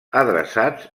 adreçats